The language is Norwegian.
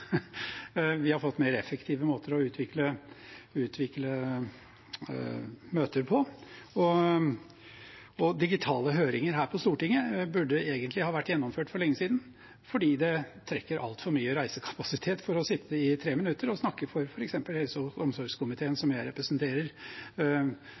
vi har fått mer effektive måter å utvikle møter på, og digitale høringer her på Stortinget burde egentlig ha vært gjennomført for lenge siden. For det trekker altfor mye reisekapasitet for å sitte i tre minutter og snakke for f.eks. helse- og omsorgskomiteen,